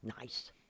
nice